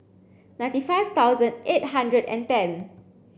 ninety five thousand eight hundred and ten